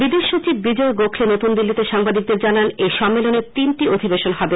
বিদেশ সচিব বিজয় গোখলে নতুন দিল্লিতে সাংবাদিকদের জানান এই সম্মেলনে তিনটি অধিবেশন হবে